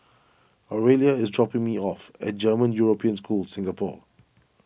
Orelia is dropping me off at German European School Singapore